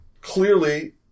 Clearly